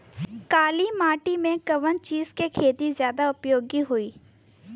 काली माटी में कवन चीज़ के खेती ज्यादा उपयोगी होयी?